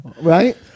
Right